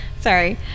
Sorry